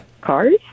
Cars